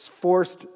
forced